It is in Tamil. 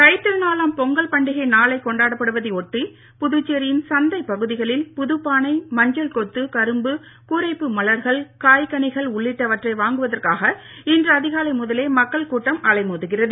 தைத்திருநாளாம் பொங்கல் பண்டிகை நாளை கொண்டாடப்படுவதை ஒட்டி புதுச்சேரியின் சந்தை பகுதிகளில் புதுப்பானை மஞ்சள்கொத்து கரும்பு கூரைப்பூ மலர்கள் காய்கனிகள் உள்ளிட்டவற்றை வாங்குவதற்காக இன்று அதிகாலை முதலே மக்கள் கூட்டம் அலைமோதுகிறது